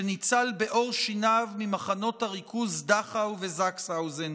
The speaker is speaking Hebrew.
שניצל בעור שיניו ממחנות הריכוז דכאו וזקסנהאוזן: